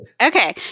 Okay